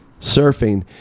surfing